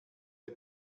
der